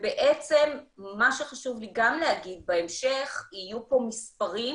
ומה שחשוב לי גם להגיד, בהמשך יהיו פה מספרים,